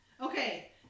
Okay